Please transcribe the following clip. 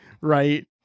right